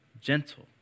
gentle